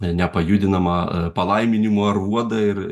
nepajudinamą palaiminimų aruodą ir